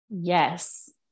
yes